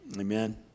amen